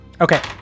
okay